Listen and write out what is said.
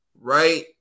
right